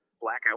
Blackout